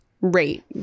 rate